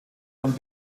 und